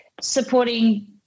supporting